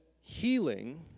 healing